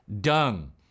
dung